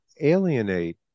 alienate